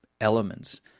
elements